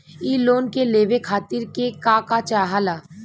इ लोन के लेवे खातीर के का का चाहा ला?